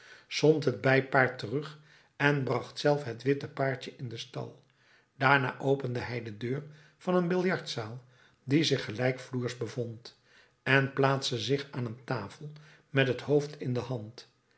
het bijpaard terug en bracht zelf het witte paardje in den stal daarna opende hij de deur van een biljartzaal die zich gelijkvloers bevond en plaatste zich aan een tafel met het hoofd in de hand